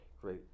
great